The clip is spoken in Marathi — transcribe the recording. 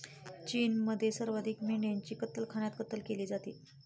चीनमध्ये सर्वाधिक मेंढ्यांची कत्तलखान्यात कत्तल केली जाते